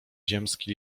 ziemski